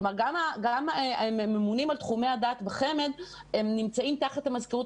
כלומר גם הממונים על תחומי הדעת בחמ"ד נמצאים תחת המזכירות